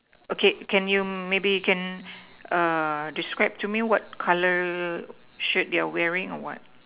okay can you maybe can err describe to me what colour shirt they wearing or what